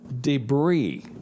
debris